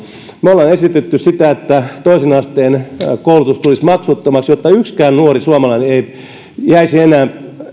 me olemme esittäneet sitä että toisen asteen koulutus tulisi maksuttomaksi jotta yksikään nuori suomalainen ei jäisi enää